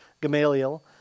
Gamaliel